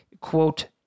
Quote